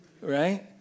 Right